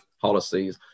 policies